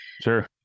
Sure